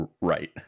right